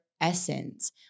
essence